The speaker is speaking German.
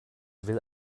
will